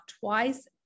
twice